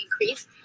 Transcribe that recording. increase